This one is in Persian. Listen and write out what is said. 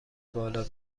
بالا